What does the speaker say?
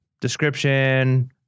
description